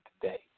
today